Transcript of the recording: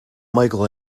micheal